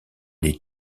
est